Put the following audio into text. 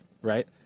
right